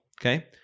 okay